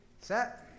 set